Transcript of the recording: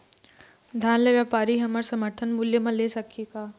धान ला व्यापारी हमन समर्थन मूल्य म ले सकही का?